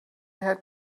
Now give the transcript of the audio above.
had